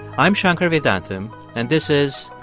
i'm shankar vedantam, and this is.